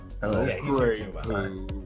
Hello